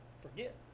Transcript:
forget